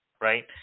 right